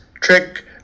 trick